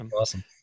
Awesome